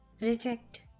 Reject